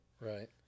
Right